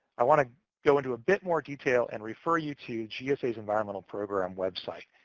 i want to go into a bit more detail and refer you to gsa's environmental program website.